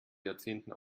jahrzehnten